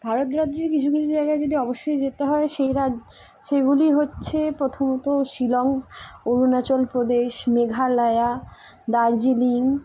ভারত রাজ্যের কিছু কিছু জায়গায় যদি অবশ্যই যেতে হয় সেই রাজ সেগুলি হচ্ছে প্রথমত শিলং অরুণাচল প্রদেশ মেঘালয় দার্জিলিং